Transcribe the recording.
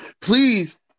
Please